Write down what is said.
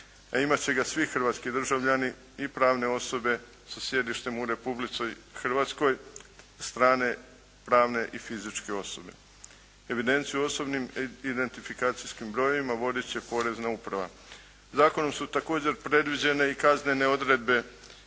a imati će ga svi hrvatski državljani i pravne osobe sa sjedištem u Republici Hrvatskoj, strane, pravne i fizičke osobe. Evidenciju o osobnim identifikacijskim brojevima voditi će porezna uprava. Zakonom su također predviđene i kaznene odredbe